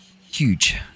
huge